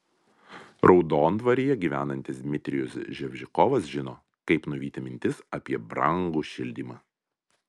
raudondvaryje gyvenantis dmitrijus ževžikovas žino kaip nuvyti mintis apie brangų šildymą